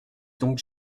donc